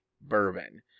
bourbon